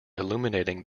illuminating